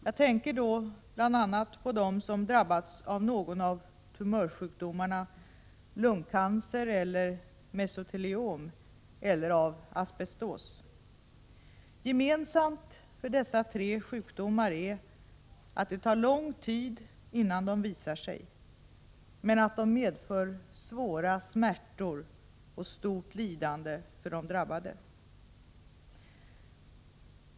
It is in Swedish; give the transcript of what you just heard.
Jag tänker då bl.a. på dem som drabbats av någon av tumörsjukdomarna lungcancer och mesoteliom eller av asbestos. Gemensamt för dessa tre sjukdomar är att det tar lång tid innan de visar sig och att de medför svåra smärtor och stort lidande för de drabbade.